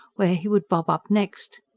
where he would bob up next.